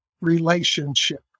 relationship